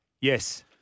Yes